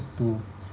to